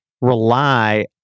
rely